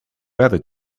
better